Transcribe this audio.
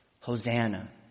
Hosanna